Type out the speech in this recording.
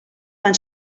van